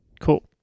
Cool